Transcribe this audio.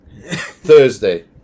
Thursday